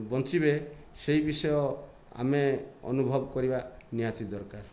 ବଞ୍ଚିବେ ସେଇ ବିଷୟ ଆମେ ଅନୁଭବ କରିବା ନିହାତି ଦରକାର